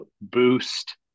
boost